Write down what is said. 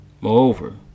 Moreover